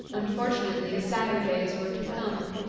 unfortunately sadder days were to come.